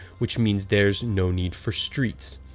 which means there's no need for streets.